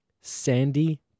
sandy